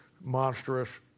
monstrous